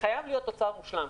חייב להיות תוצר מושלם,